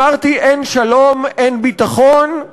אמרתי: אין שלום, אין ביטחון.